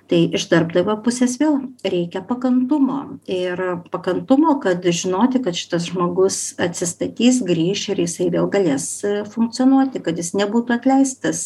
tai iš darbdavio pusės vėl reikia pakantumo ir pakantumo kad žinoti kad šitas žmogus atsistatys grįš ir jisai vėl galės funkcionuoti kad jis nebūtų atleistas